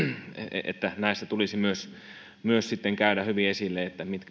että näistä tulisi myös käydä sitten hyvin esille